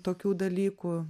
tokių dalykų